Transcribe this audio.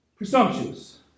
presumptuous